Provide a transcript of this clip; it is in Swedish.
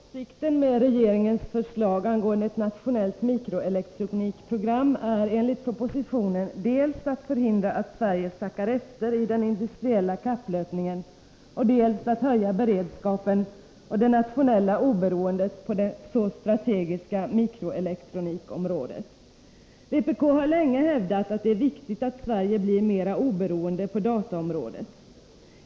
Herr talman! Avsikten med regeringens förslag angående ett nationellt mikroelektronikprogram är enligt propositionen dels att förhindra att Sverige sackar efter i den industriella kapplöpningen, dels att höja beredskapen och det nationella oberoendet på det så strategiska mikroelektronikområdet. Vpk har länge hävdat att det är viktigt att Sverige blir mera oberoende på dataområdet.